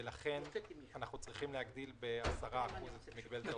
ולכן אנחנו צריכים להגדיל ב-10% את מגבלת ההוצאה,